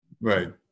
Right